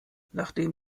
nachdem